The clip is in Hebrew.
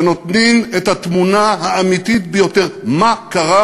שנותנים את התמונה האמיתית ביותר מה קרה